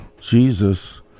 Jesus